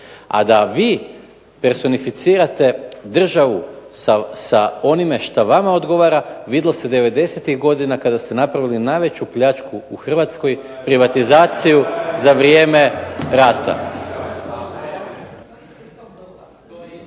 Ali da vi personificirate državu sa onime što vama odgovara vidlo se 90-tih godina kada ste napravili najveću pljačku u Hrvatskoj, privatizaciju za vrijeme rata.